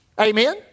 Amen